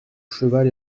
cheval